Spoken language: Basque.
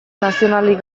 nazionalik